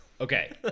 Okay